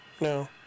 No